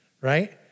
right